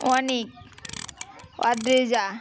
Anik Adrija